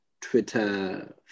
twitter